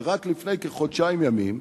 כשרק לפני כחודשיים ימים,